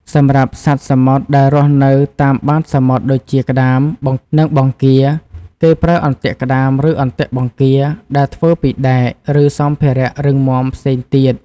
សម្រាប់សត្វសមុទ្រដែលរស់នៅតាមបាតសមុទ្រដូចជាក្តាម និងបង្គា គេប្រើ អន្ទាក់ក្តាម ឬអន្ទាក់បង្គា ដែលធ្វើពីដែក ឬសម្ភារៈរឹងមាំផ្សេងទៀត។